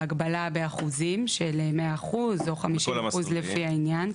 ההגבלה באחוזים של 100% או 50% לפי העניין,